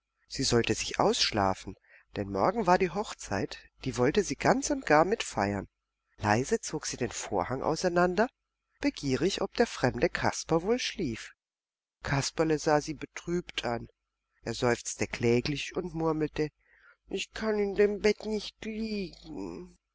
sie sollte sich ausschlafen denn morgen war die hochzeit die wollte sie ganz und gar mitfeiern leise zog sie den vorhang auseinander begierig ob der fremde kasper wohl schlief kasperle sah sie betrübt an er seufzte kläglich und murmelte ich kann in dem bett nicht liegen